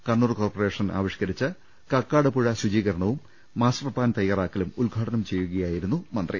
Kannur corporation ആവി ഷ്ക്കരിച്ച കക്കാട് പുഴ ശുചീകരണവും മാസ്റ്റർ പ്ലാൻ തയ്യാറാക്കലും ഉദ്ഘാടനം ചെയ്യുകയായിരുന്നു മന്ത്രി